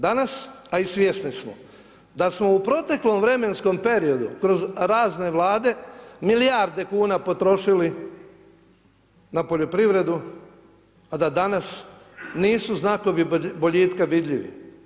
Danas, a i svjesni smo da smo u proteklom vremenskom periodu kroz razne vlade milijarde kuna potrošili na poljoprivredu, a da danas nisu znakovi boljitka vidljivi.